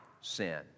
sin